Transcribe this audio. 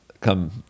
come